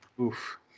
Oof